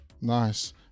nice